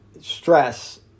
stress